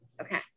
Okay